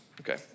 Okay